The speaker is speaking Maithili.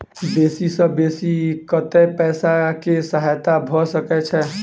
बेसी सऽ बेसी कतै पैसा केँ सहायता भऽ सकय छै?